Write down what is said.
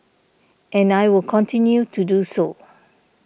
and I will continue to do so